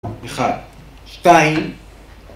אחד, שתיים